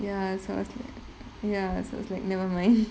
ya so I was like ya so I was like never mind